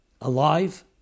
alive